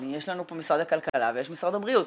יש לנו פה משרד הכלכלה ויש משרד הבריאות,